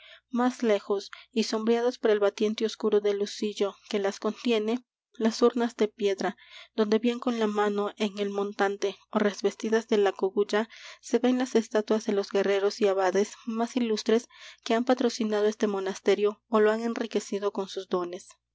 más lejos y sombreadas por el batiente oscuro del lucillo que las contiene las urnas de piedra donde bien con la mano en el montante ó revestidas de la cogulla se ven las estatuas de los guerreros y abades más ilustres que han patrocinado este monasterio ó lo han enriquecido con sus dones